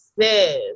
says